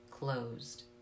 closed